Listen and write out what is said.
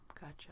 Gotcha